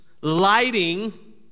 lighting